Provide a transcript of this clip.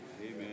Amen